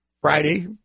Friday